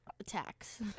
attacks